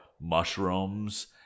mushrooms